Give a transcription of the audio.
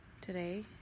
today